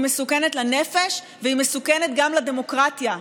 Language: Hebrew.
היא מסוכנת לנפש והיא מסוכנת גם לדמוקרטיה.